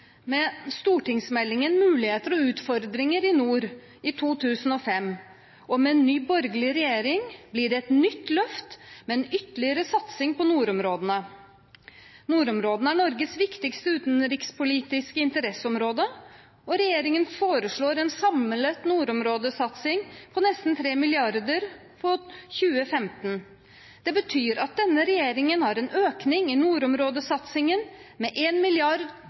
med stortingsmeldingen «Muligheter og utfordringer i nord» i 2005. Med en ny borgerlig regjering blir det et nytt løft, med en ytterligere satsing på nordområdene. Nordområdene er Norges viktigste utenrikspolitiske interesseområde, og regjeringen foreslår en samlet nordområdesatsing på nesten 3 mrd. kr i 2015. Det betyr at denne regjeringen har hatt en økning i nordområdesatsingen på 1 mrd. kr på to år. Regjeringen fører en